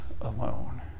alone